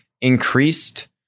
increased